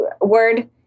word